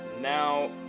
Now